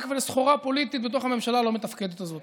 ולסחורה פוליטית בתוך הממשלה הלא-מתפקדת הזאת.